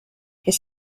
his